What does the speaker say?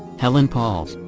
helen pauls,